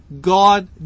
God